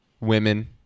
Women